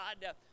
god